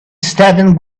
steven